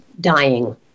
dying